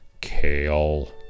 Kale